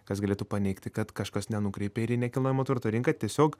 kas galėtų paneigti kad kažkas nenukreipė ir į nekilnojamo turto rinką tiesiog